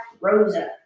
Rosa